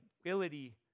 ability